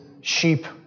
sheep